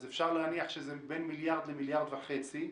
אז אפשר להניח שזה בין מיליארד ל-1.5 מיליארד שקלים.